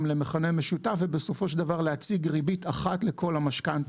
למכנה משותף ובסופו של דבר להציג ריבית אחת לכל המשכנתא,